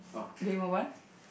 do you want one